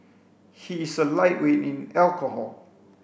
he is a lightweight in alcohol